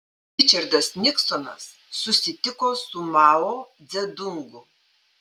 ričardas niksonas susitiko su mao dzedungu